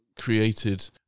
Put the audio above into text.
created